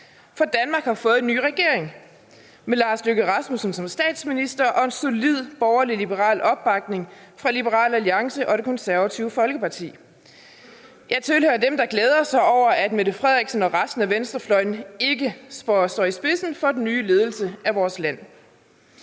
for Danmark har fået en ny regering med hr. Lars Løkke Rasmussen som statsminister og med en solid borgerlig liberal opbakning fra Liberal Alliance og Det Konservative Folkeparti. Jeg tilhører dem, der glæder sig over, at fru Mette Frederiksen og resten af venstrefløjen ikke står i spidsen for den nye ledelse af vores land.